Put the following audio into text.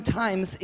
times